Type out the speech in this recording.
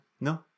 No